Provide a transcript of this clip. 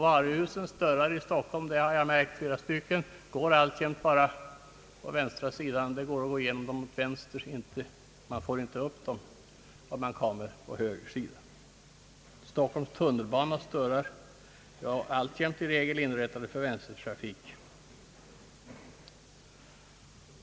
Varuhusens dörrar liksom Stockholms tunnelbanas dörrar är alltjämt i regel inrättade för vänstertrafik.